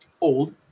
old